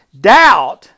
Doubt